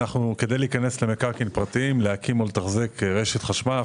כדי להיכנס למקרקעין פרטיים להקים או לתחזק רשת חשמל,